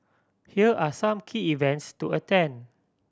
here are some key events to attend